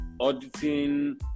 auditing